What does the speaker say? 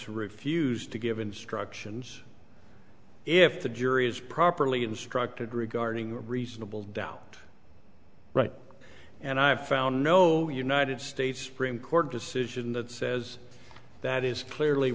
to refuse to give instructions if the jury is properly instructed regarding reasonable doubt right and i've found no united states supreme court decision that says that is clearly